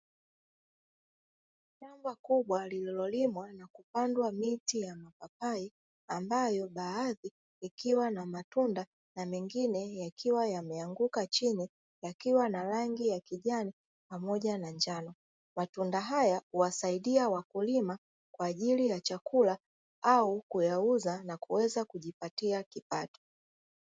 Shamba kubwa lilolimwa na kupandwa miti ya mapapai; ambayo baadhi ikiwa na matunda na mengine yakiwa yameanguka chini, yakiwa na rangi ya kijani pamoja na njano. Matunda haya huwasaidia wakulima kwa ajili ya chakula au kuyauza na kuweza kujipatia kipato.